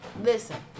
Listen